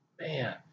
man